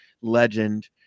legend